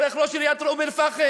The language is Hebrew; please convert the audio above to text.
דרך ראש עיריית אום-אלפחם,